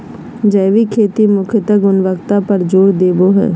जैविक खेती मुख्यत गुणवत्ता पर जोर देवो हय